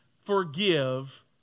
forgive